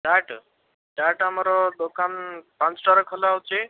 ଚାଟ୍ ଚାଟ୍ ଆମର ଦୋକାନ ପାଞ୍ଚଟାରେ ଖୋଲା ହେଉଛି